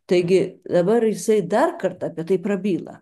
taigi dabar jisai dar kartą apie tai prabyla